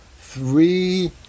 three